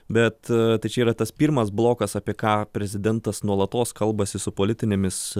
bet tai čia yra tas pirmas blokas apie ką prezidentas nuolatos kalbasi su politinėmis